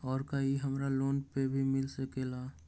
और का इ हमरा लोन पर भी मिल सकेला?